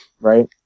Right